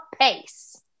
pace